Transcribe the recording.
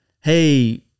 hey